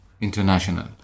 International